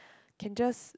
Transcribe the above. can just